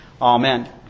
Amen